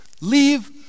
Leave